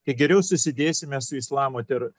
tai geriau susidėsime su islamo tero